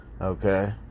Okay